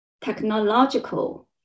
technological